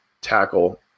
tackle